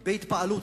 ישבתי בהתפעלות,